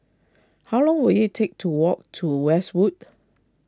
how long will it take to walk to Westwood